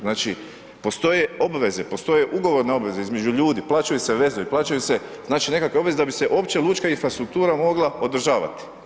Znači postoje obveze, postoje ugovorne obveze između ljudi, plaćaju se vezovi, plaćaju se nekakve obveze, da bi se uopće lučka infrastruktura mogla održavati.